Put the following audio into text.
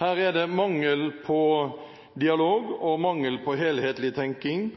Her er det mangel på dialog og mangel på helhetlig tenking.